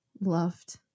loved